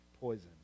poison